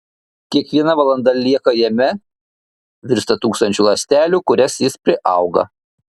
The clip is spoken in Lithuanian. kiekviena valanda lieka jame virsta tūkstančiu ląstelių kurias jis priauga